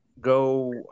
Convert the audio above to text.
go